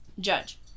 Judge